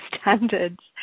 standards